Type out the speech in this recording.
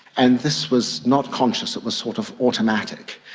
and this was not conscious, it was sort of automatic.